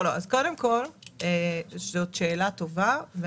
זאת שאלה טובה.